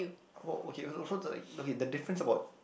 what okay so so the like okay the difference about